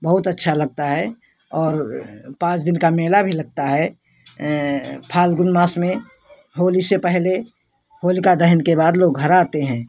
बहुत अच्छा लगता है और पाँच दिन का मेला भी लगता है फाल्गुन मास में होली से पहले होलिका दहन के बाद लोग घर आते हैं